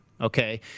okay